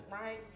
right